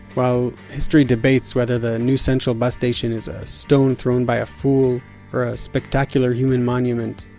while history debates whether the new central bus station is a stone thrown by a fool or a spectacular human monument,